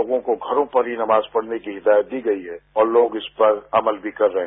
लोगों को घरों पर ही नमाज पढ़नेकी हिदायत दी गई है और लोग इस पर अमल भी कर रहे हैं